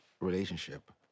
relationship